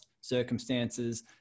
circumstances